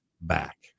back